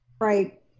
Right